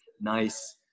nice